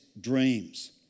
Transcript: dreams